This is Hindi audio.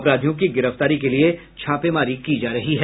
अपराधियों की गिरफ्तारी के लिये छापेमारी की जा रही है